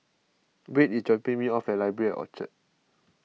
Wade is dropping me off Library Orchard